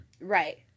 Right